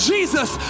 Jesus